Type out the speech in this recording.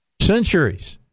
Centuries